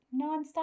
nonstop